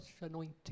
anointing